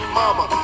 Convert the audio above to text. mama